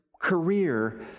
career